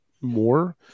more